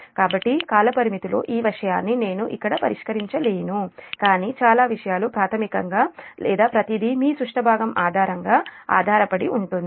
కాబట్టి కాలపరిమితిలో ఈ విషయాన్ని నేను ఇక్కడ పరిష్కరించలేను కానీ చాలా విషయాలు ప్రాథమికంగా లేదా ప్రతిదీ మీ సుష్ట భాగం ఆధారంగా ఆధారపడి ఉంటుంది